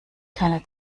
keine